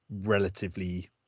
relatively